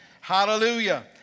Hallelujah